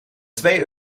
twee